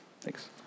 Thanks